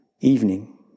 evening